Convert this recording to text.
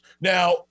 Now